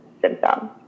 symptoms